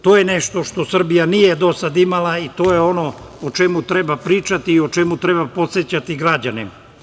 To je nešto što Srbija nije do sada imala i to je ono o čemu treba pričati i o čemu treba podsećati građane.